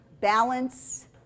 balance